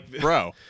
Bro